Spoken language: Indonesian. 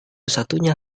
satunya